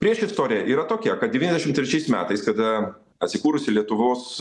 priešistorė yra tokia kad devyniasdešim trečiais metais kada atsikūrusi lietuvos